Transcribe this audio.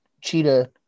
Cheetah